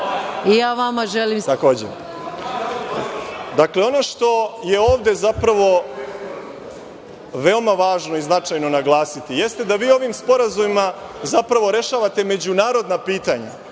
Takođe. Dakle, ono što je ovde zapravo veoma važno i značajno naglasiti jeste, da vi ovim sporazumima, zapravo, rešavate međunarodna pitanja,